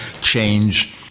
change